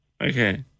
Okay